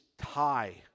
high